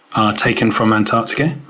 are taken from antarctica.